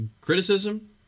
criticism